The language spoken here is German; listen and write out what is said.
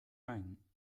meinen